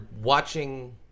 watching